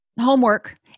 homework